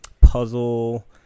puzzle